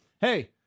Hey